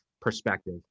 perspective